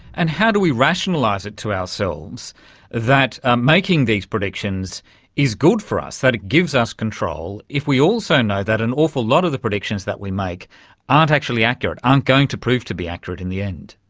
and how do we rationalise it to ourselves that making these predictions is good for us, that it gives us control if we also know that an awful lot of the predictions that we make aren't actually accurate, aren't going to prove to be accurate in the end?